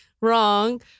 wrong